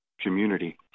community